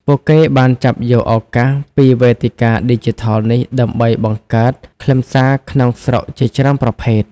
ពួកគេបានចាប់យកឱកាសពីវេទិកាឌីជីថលនេះដើម្បីបង្កើតខ្លឹមសារក្នុងស្រុកជាច្រើនប្រភេទ។